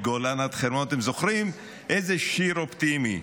מגולן עד חרמון" אתם זוכרים איזה שיר אופטימי?